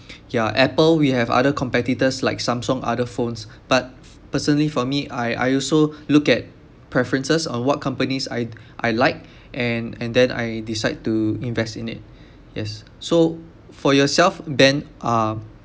ya apple we have other competitors like samsung other phones but personally for me I I also look at preferences on what companies I I like and and then I decide to invest in it yes so for yourself ben uh